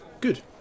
Good